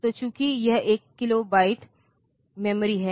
तो चूंकि यह एक किलोबाइट मेमोरी है